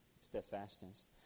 Steadfastness